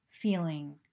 feeling